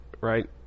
right